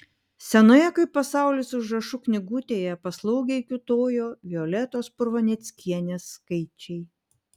senoje kaip pasaulis užrašų knygutėje paslaugiai kiūtojo violetos purvaneckienės skaičiai